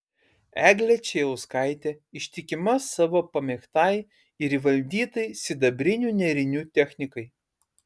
eglė čėjauskaitė ištikima savo pamėgtai ir įvaldytai sidabrinių nėrinių technikai